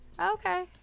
okay